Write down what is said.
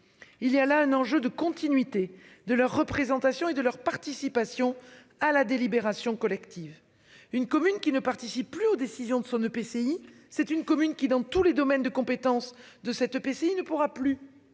Il y a là un enjeu de continuité de leur représentation et de leur participation à la délibération collective, une commune qui ne plus aux décisions de son EPCI. C'est une commune qui dans tous les domaines de compétences de cette PC il ne pourra plus